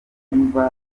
mva